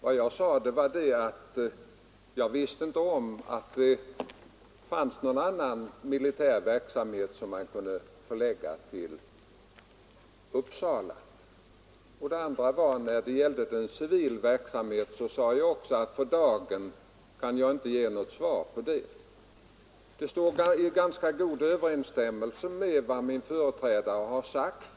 Vad jag sade var att jag inte visste om någon annan militär verksamhet som kunde förläggas till Uppsala, och när det gällde civil verksamhet sade jag att jag för dagen inte kunde ge något besked. Det står i ganska god överensstämmelse med vad min företrädare har sagt.